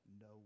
no